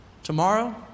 Tomorrow